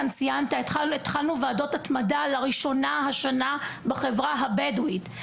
ציינת כאן את ועדות ההתמדה שהתחלנו בהן לראשונה השנה בחברה הבדואית.